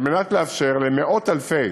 על מנת לאפשר למאות-אלפי